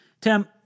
Tim